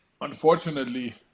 Unfortunately